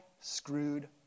screwed